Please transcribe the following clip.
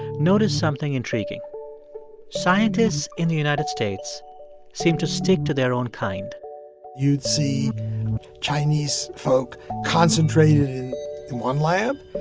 noticed something intriguing scientists in the united states seemed to stick to their own kind you'd see chinese folk concentrated in one lab,